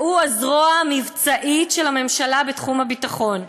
והוא הזרוע המבצעית של הממשלה בתחום הביטחון.